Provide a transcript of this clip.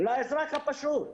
לאזרח הפשוט.